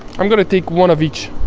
i'm gonna take one of each